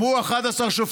גם הוא של 11 שופטים.